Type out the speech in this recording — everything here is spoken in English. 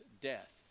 death